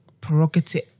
prerogative